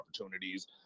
opportunities